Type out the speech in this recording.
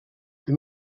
que